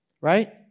right